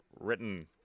written